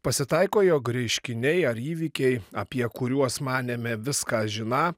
pasitaiko jog reiškiniai ar įvykiai apie kuriuos manėme viską žiną